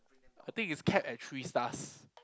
I think it's capped at three stars